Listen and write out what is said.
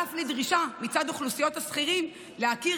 ואף לדרישה מצד אוכלוסיית השכירים להכיר